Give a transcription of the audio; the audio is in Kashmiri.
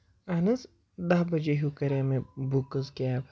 اَہن حظ دہ بَجے ہیوٗ کَرے مےٚ بُک حظ کیب